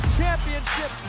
championship